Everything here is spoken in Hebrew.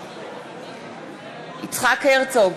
בעד יצחק הרצוג,